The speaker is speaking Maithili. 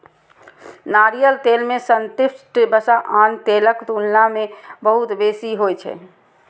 नारियल तेल मे संतृप्त वसा आन तेलक तुलना मे बहुत बेसी होइ छै